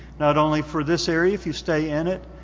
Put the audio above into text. not only for this area if you stay in it,